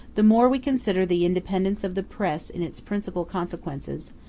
the more we consider the independence of the press in its principal consequences,